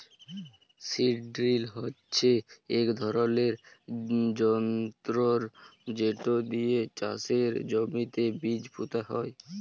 seed drill হচ্যে ইক ধরলের যনতর যেট দিয়ে চাষের জমিতে বীজ পুঁতা হয়